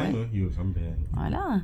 I know he will come back